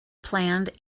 planned